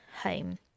home